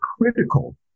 critical